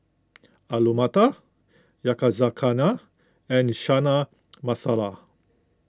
Alu Matar Yakizakana and Chana Masala